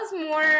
more